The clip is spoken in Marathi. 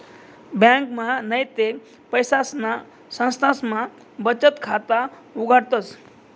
ब्यांकमा नैते पैसासना संस्थामा बचत खाता उघाडतस